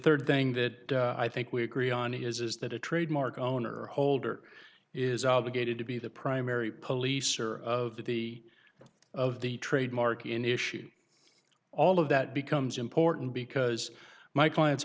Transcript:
third thing that i think we agree on is is that a trademark owner or holder is obligated to be the primary police or of the of the trademark in issues all of that becomes important because my clients